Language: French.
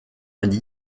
vingt